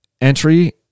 entry